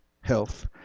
health